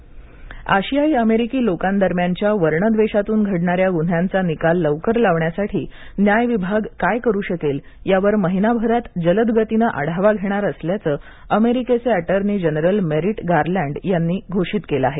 वर्णद्वेष आशियाई अमेरिकी लोकांदरम्यानच्या वर्णद्वेषातून घडणाऱ्या गुन्ह्यांचा निकाल लवकर लावण्यासाठी न्याय विभाग काय करू शकेल यावर महिनाभरात जलद गतीने आढावा घेणार असल्याचे अमेरिकेचे ऍटर्नी जनरल मेरिट गारलॅन्ड यांनी घोषित केलं आहे